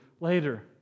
later